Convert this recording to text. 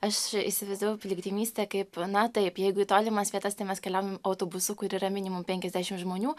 aš įsivaizdavau piligrimystę kaip na taip jeigu į tolimas vietas tai mes keliaujam autobusu kur yra minimum penkiasdešimt žmonių